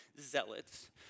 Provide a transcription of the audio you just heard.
zealots